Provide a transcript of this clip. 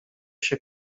się